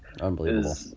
Unbelievable